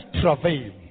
travail